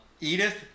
Edith